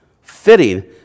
fitting